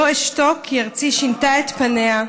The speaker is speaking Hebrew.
"לא אשתוק, כי ארצי / שינתה את פניה,